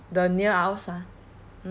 the near ours one